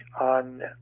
on